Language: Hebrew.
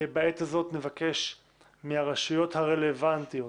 בעת הזאת נבקש מהרשויות הרלוונטיות